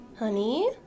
Honey